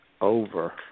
Over